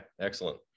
excellent